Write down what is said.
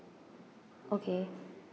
okay